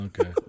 Okay